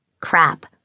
crap